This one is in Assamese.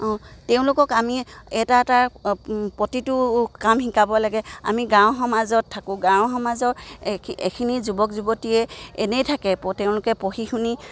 তেওঁলোকক আমি এটা এটা প্ৰতিটো কাম শিকাব লাগে আমি গাঁও সমাজত থাকোঁ গাঁও সমাজৰ এইখিনি যুৱক যুৱতীয়ে এনেই থাকে তেওঁলোকে পঢ়ি শুনি